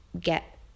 get